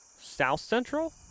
south-central